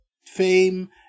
fame